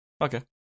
Okay